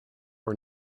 for